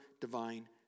divine